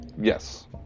yes